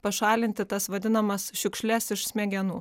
pašalinti tas vadinamas šiukšles iš smegenų